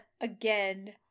Again